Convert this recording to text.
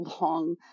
long